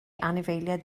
anifeiliaid